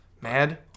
Mad